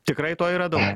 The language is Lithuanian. tikrai to yra daug